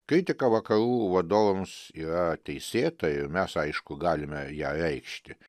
kritika vakarų vadovams yra teisėta ir mes aišku galime ją reikšti